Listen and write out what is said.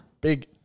Big